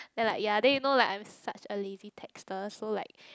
then like ya then you know like I'm such a lazy texter so like